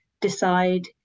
decide